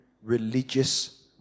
religious